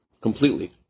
Completely